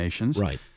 Right